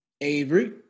Avery